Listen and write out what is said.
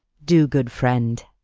do, good friend.